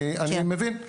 אני מבין,